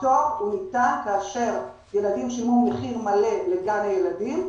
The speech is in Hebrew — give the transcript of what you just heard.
הפטור ניתן כאשר ילדים שילמו מחיר מלא בגן ילדים,